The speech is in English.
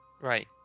Right